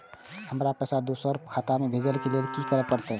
हमरा पैसा दोसर के खाता में भेजे के लेल की करे परते?